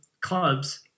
clubs